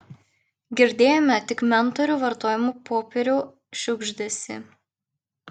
girdėjome tik mentorių vartomų popierių šiugždesį